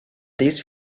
these